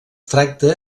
tracta